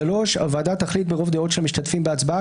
(3)הוועדה תחליט ברוב דעות של המשתתפים בהצבעה,